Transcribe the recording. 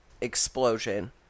explosion